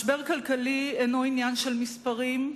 משבר כלכלי אינו עניין של מספרים,